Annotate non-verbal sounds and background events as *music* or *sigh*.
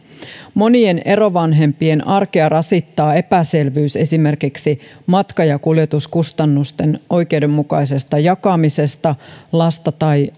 monien erovanhempien arkea rasittaa epäselvyys esimerkiksi matka ja kuljetuskustannusten oikeudenmukaisesta jakamisesta lasta tai *unintelligible*